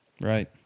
Right